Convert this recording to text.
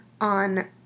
on